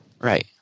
Right